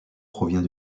provient